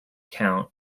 count